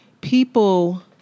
people